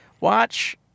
watch